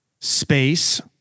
space